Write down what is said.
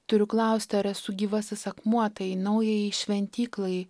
turiu klausti ar esu gyvasis akmuo tai naująjai šventyklai